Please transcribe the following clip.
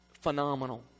phenomenal